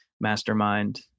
mastermind